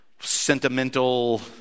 sentimental